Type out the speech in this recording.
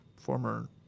former